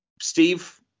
Steve